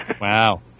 Wow